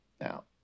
Now